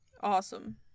Awesome